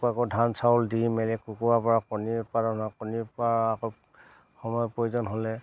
কুকুৰা আকৌ ধান চাউল দি মেলি কুকুৰৰ পৰা কণীৰ উৎপাদন হয় কণীৰ পৰা আকৌ সময়ত প্ৰয়োজন হ'লে